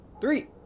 three